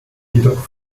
jedoch